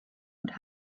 could